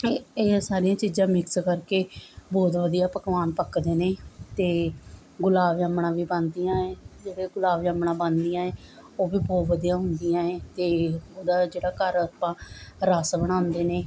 ਇਹ ਸਾਰੀਆਂ ਚੀਜ਼ਾਂ ਮਿਕਸ ਕਰਕੇ ਬਹੁਤ ਵਧੀਆ ਪਕਵਾਨ ਪੱਕਦੇ ਨੇ ਅਤੇ ਗੁਲਾਬ ਜਾਮਣਾ ਵੀ ਬਣਦੀਆਂ ਏ ਜਿਹੜਾ ਗੁਲਾਬ ਜਾਮਣਾ ਬਣਦੀਆਂ ਏ ਉਹ ਵੀ ਬਹੁਤ ਵਧੀਆ ਹੁੰਦੀਆਂ ਏ ਅਤੇ ਉਹਦਾ ਜਿਹੜਾ ਘਰ ਆਪਾਂ ਰਸ ਬਣਾਉਂਦੇ ਨੇ